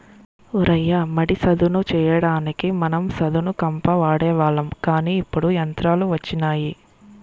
ఓ రయ్య మడి సదును చెయ్యడానికి మనం సదును కంప వాడేవాళ్ళం కానీ ఇప్పుడు యంత్రాలు వచ్చినాయి